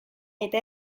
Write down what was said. eta